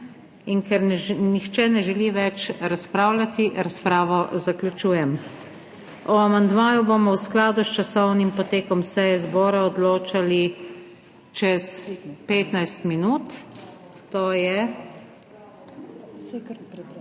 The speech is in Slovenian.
Ker nihče ne želi več razpravljati, razpravo zaključujem. O amandmaju bomo v skladu s časovnim potekom seje zbora odločali čez 15 minut v